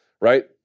right